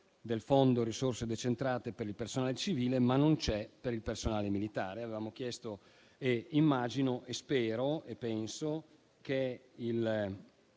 del fondo risorse decentrate per il personale civile e non ci sono per il personale militare. Avevamo chiesto - spero che il